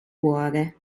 cuore